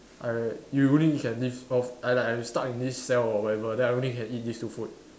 I you only can live off I like I'm stuck in this cell or whatever then I only can eat this two food